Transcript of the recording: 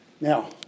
Now